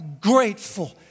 grateful